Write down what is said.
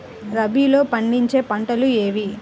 రబీలో పండించే పంటలు ఏవి?